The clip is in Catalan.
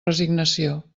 resignació